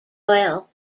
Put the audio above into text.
oil